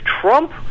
Trump